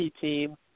team